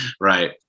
Right